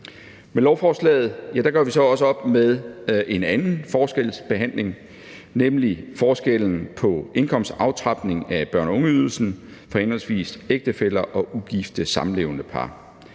Med lovforslaget gør vi så også op med en anden forskelsbehandling, nemlig forskellen på indkomstaftrapningen af børne- og ungeydelsen for henholdsvis ægtefæller og ugifte samlevende par.